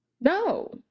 No